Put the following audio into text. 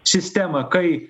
sistemą kai